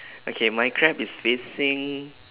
okay my crab is facing